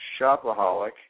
shopaholic